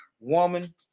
Woman